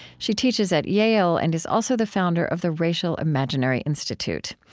she teaches at yale and is also the founder of the racial imaginary institute.